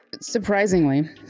Surprisingly